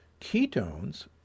ketones